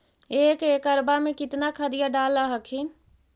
एक एकड़बा मे कितना खदिया डाल हखिन?